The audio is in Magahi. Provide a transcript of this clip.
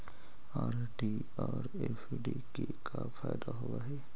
आर.डी और एफ.डी के का फायदा होव हई?